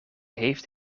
heeft